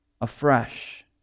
afresh